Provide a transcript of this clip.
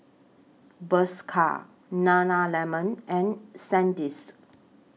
Bershka Nana Lemon and Sandisk